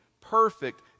perfect